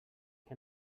que